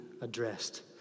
addressed